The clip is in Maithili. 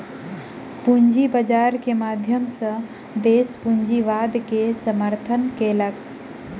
पूंजी बाजार के माध्यम सॅ देस पूंजीवाद के समर्थन केलक